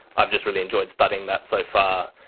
i've just really enjoyed studying that so far,